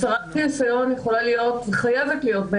הסרת חיסיון חייבת להיות,